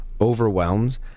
overwhelmed